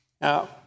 Now